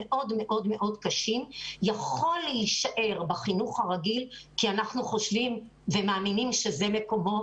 מאוד קשים יכול להישאר בחינוך הרגיל כי אנחנו חושבים ומאמינים שזה מקומו